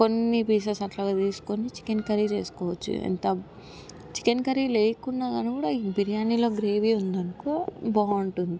కొన్ని పీసెస్ అట్లా తీస్కొని చికెన్ కర్రీ చేసుకోవచ్చు ఎంత చికెన్ కర్రీ లేకున్నా కాని కూడా బిర్యానీలో గ్రేవీ ఉందనుకో బాగుంటుంది